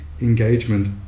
engagement